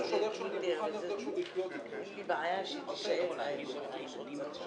המנפיקים מקבלים את המידע מתי שהעסקות משודרות אליהם.